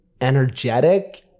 Energetic